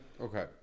Okay